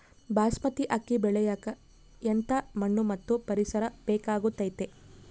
ಬಾಸ್ಮತಿ ಅಕ್ಕಿ ಬೆಳಿಯಕ ಎಂಥ ಮಣ್ಣು ಮತ್ತು ಪರಿಸರದ ಬೇಕಾಗುತೈತೆ?